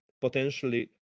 potentially